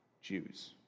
Jews